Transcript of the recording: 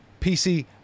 PC